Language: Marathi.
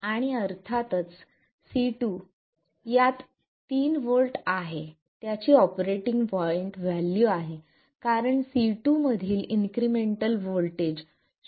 आणि C2 अर्थातच यात 3 V आहे त्याची ऑपरेटिंग पॉईंट व्हॅल्यू आहे कारण C2 मधील इन्क्रिमेंटल व्होल्टेज 0 आहे